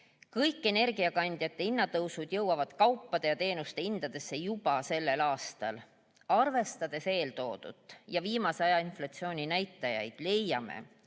Kõik energiakandjate hinnatõusud jõuavad kaupade ja teenuste hindadesse juba sel aastal. Arvestades eeltoodut ja viimase aja inflatsiooni näitajaid, leiame,